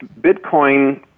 Bitcoin